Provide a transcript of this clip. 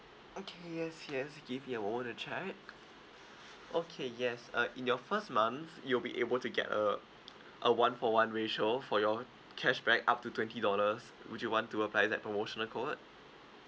okay yes yes give me a moment to check okay yes uh in your first month you'll be able to get a a one for one ratio for your cashback up to twenty dollars would you want to apply that promotional code